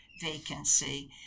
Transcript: vacancy